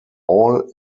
all